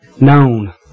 known